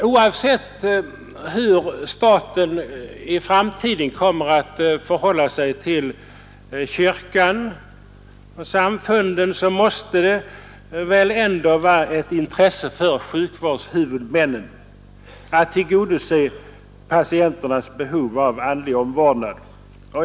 Oavsett hur staten i framtiden kommer att förhålla sig till kyrkan och samfunden måste det väl ändå vara ett intresse för sjukvårdshuvudmännen att tillgodose patienternas behov av andlig omvårdnad.